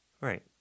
Right